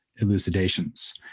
Elucidations